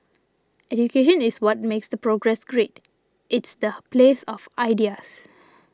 education is what makes the progress great it's the place of ideas